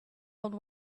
old